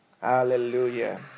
Hallelujah